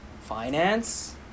finance